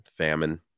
Famine